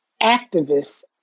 activists